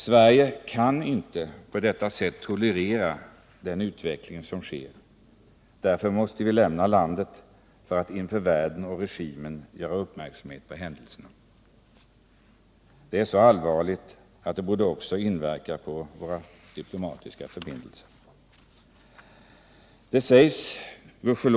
Sverige kan inte tolerera den utveckling som sker, och därför måste vi upphöra med vår bidragsverksamhet till det landet för att i stället fästa världens uppmärksamhet på händelserna i Etiopien. Dessa är så allvarliga att de borde inverka också på våra diplomatiska förbindelser med det landet.